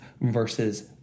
versus